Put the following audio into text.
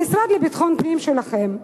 המשרד לביטחון פנים שלכם,